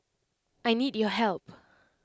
I need your help